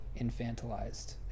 infantilized